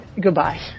goodbye